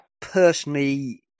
personally